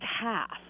half